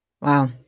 Wow